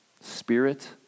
spirit